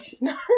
No